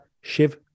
Shiv